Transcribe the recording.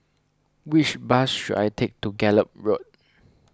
which bus should I take to Gallop Road